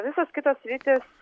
visos kitos sritys